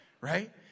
right